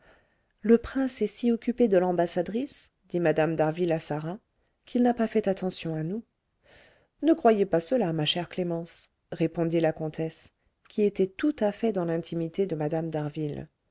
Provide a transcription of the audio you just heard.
le prince est si occupé de l'ambassadrice dit mme d'harville à sarah qu'il n'a pas fait attention à nous ne croyez pas cela ma chère clémence répondit la comtesse qui était tout à fait dans l'intimité de mme